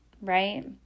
right